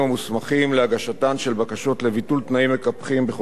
להגשתן של בקשות לביטול תנאים מקפחים בחוזים אחידים.